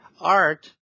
art